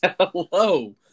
Hello